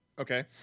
Okay